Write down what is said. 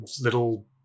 little